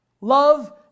Love